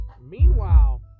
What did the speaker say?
Meanwhile